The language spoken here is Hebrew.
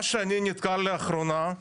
מה שאני נתקל לאחרונה,